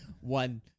one